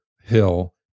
Hill